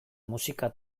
musika